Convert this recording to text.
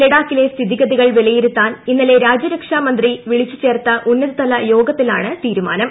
ലഡാക്കിലെ സ്ഥിതിഗതികൾ വിലയിരുത്താൻ ഇന്നലെ രാജൃരക്ഷാ മന്ത്രി വിളിച്ചു ചേർത്ത ഉന്നത തല യോഗത്തിലാണ് തീരുമാനം